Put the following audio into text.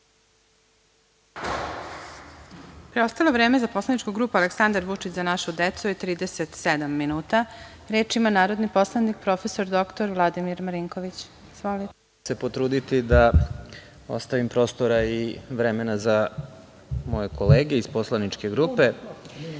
Preostalo vreme za poslaničku grupu Aleksandar Vučić – Za našu decu je 37 minuta. Reč ima narodni poslanik prof. dr Vladimir Marinković. **Vladimir Marinković** Ja ću se potruditi da ostavim prostora i vremena za moje kolege iz poslaničke